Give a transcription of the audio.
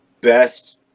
best